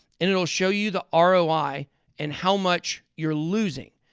and it'll show you the um roi and how much you're losing.